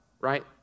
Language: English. right